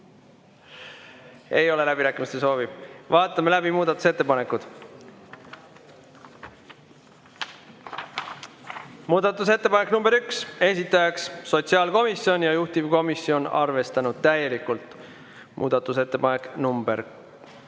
Ei ole läbirääkimiste soovi. Vaatame läbi muudatusettepanekud. Muudatusettepanek nr 1, esitaja on sotsiaalkomisjon ja juhtivkomisjon on arvestanud täielikult. Muudatusettepanek nr 2,